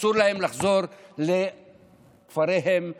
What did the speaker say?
אסור להם לחזור לכפריהם ולעריהם.